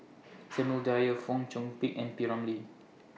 Samuel Dyer Fong Chong Pik and P Ramlee